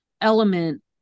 element